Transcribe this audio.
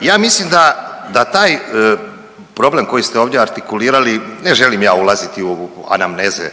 Ja mislim da taj problem koji ste ovdje artikulirali, ne želim ja ulaziti u anamneze